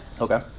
okay